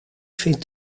vind